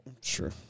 Sure